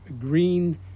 green